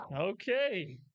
Okay